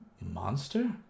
monster